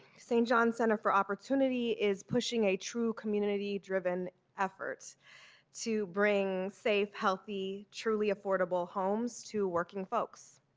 st. john's center for opportunity is pushing a true community driven effort to bring safe, healthy, truly affordable homes to working folks.